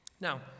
now